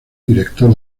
director